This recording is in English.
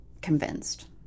convinced